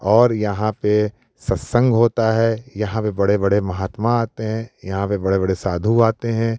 और यहाँ पे सत्संग होता है यहाँ पे बड़े बड़े महात्मा आते हैं यहाँ पे बड़े बड़े साधु आते हैं